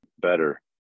better